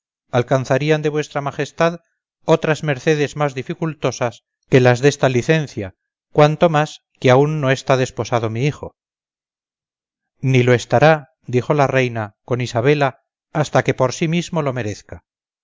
alcanzarían de v m otras mercedes más dificultosas que las desta licencia cuanto más que aún no está desposado mi hijo ni lo estará dijo la reina con isabela hasta que por sí mismo lo merezca